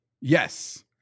Yes